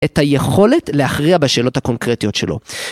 את היכולת להכריע בשאלות הקונקרטיות שלו.